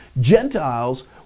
Gentiles